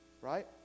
Right